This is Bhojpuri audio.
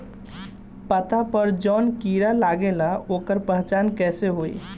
पत्ता पर जौन कीड़ा लागेला ओकर पहचान कैसे होई?